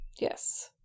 Yes